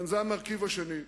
זה המרכיב השני.